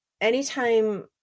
anytime